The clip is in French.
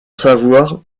savoir